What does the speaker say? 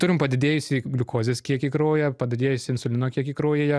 turim padidėjusį gliukozės kiekį kraujyje padidėjusį insulino kiekį kraujyje